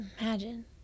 imagine